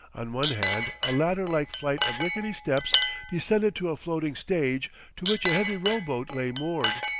on one hand a ladder-like flight of rickety steps descended to a floating stage to which a heavy rowboat lay moored.